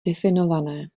definované